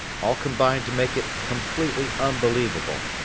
all combined to make it completely unbelievable.